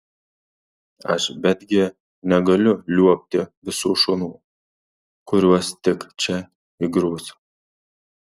aš betgi negaliu liuobti visų šunų kuriuos tik čia įgrūs